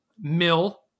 Mill